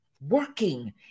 working